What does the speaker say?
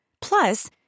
Plus